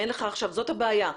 זאת הבעיה,